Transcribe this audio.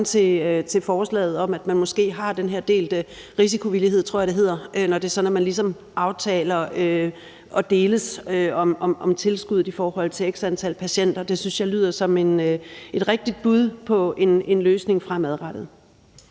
det forslag velkommen, som handler om den her delte risikovillighed, som jeg tror det hedder, hvor man ligesom aftaler at deles om tilskuddet i forhold til x antal patienter. Det synes jeg lyder som et rigtig godt bud på en løsning fremadrettet.